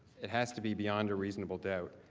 it has to be beyond a reasonable doubt.